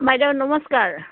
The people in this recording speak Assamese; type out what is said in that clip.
বাইদেউ নমস্কাৰ